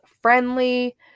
friendly